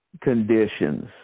conditions